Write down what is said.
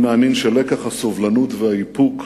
אני מאמין שלקח הסובלנות והאיפוק